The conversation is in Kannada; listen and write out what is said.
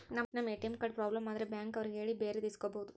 ನಮ್ ಎ.ಟಿ.ಎಂ ಕಾರ್ಡ್ ಪ್ರಾಬ್ಲಮ್ ಆದ್ರೆ ಬ್ಯಾಂಕ್ ಅವ್ರಿಗೆ ಹೇಳಿ ಬೇರೆದು ಇಸ್ಕೊಬೋದು